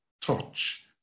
touch